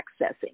accessing